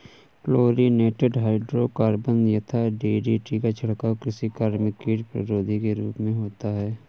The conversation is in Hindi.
क्लोरिनेटेड हाइड्रोकार्बन यथा डी.डी.टी का छिड़काव कृषि कार्य में कीट प्रतिरोधी के रूप में होता है